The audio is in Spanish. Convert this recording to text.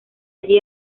allí